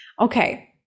okay